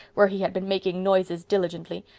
where he had been making noises diligently.